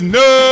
no